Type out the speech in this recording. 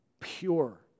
pure